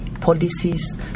policies